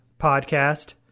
podcast